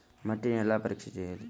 మట్టిని ఎలా పరీక్ష చేయాలి?